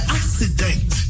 accident